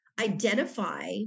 identify